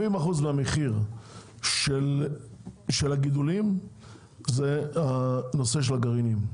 70% מהמחיר של הגידולים הוא נושא הגרעינים.